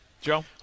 Joe